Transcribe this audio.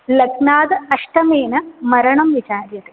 लग्नाद् अष्टमेन मरणं विचार्यते